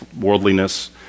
worldliness